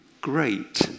great